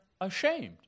ashamed